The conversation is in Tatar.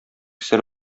сер